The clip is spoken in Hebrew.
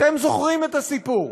אתם זוכרים את הסיפור.